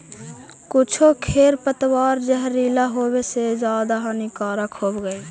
कुछो खेर पतवार जहरीला होवे से ज्यादा हानिकारक होवऽ हई